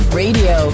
radio